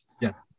Yes